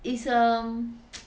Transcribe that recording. it's um